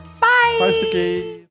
Bye